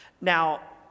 Now